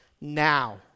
now